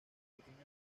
pequeños